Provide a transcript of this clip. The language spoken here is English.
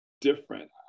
different